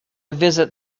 visit